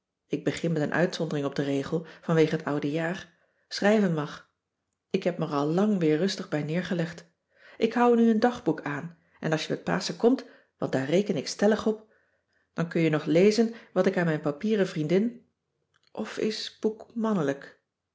ik begin met een uitzondering op den regel vanwege het oude jaar schrijven mag ik heb er me al lang weer rustig bij neergelegd ik houd nu een dagboek aan en als je met paschen komt want daar reken ik stellig op dan kun je nog lezen wat ik aan mijn papieren vriendin of is boek mannelijk